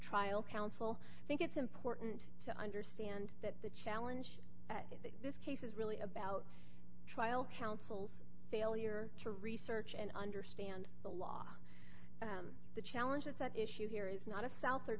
trial counsel i think it's important to understand that the challenge this case is really about trial counsel's failure to research and understand the law the challenge that's at issue here is not a south or